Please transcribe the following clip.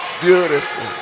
beautiful